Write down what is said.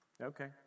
okay